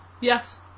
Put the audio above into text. Yes